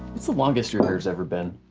what's the longest your hair's ever been?